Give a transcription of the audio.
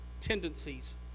tendencies